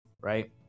right